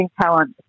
talent